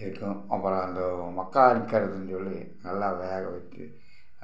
விற்கும் அப்புறோம் அந்த மக்கா கெழங்குனு சொல்லி நல்ல வேக வைச்சு